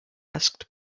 asked